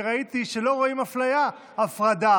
וראיתי שלא רואים אפליה בהפרדה,